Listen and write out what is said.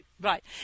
right